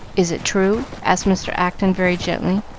is it true? asked mr. acton very gently,